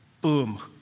Boom